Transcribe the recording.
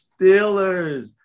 Steelers